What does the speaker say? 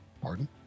Pardon